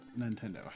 Nintendo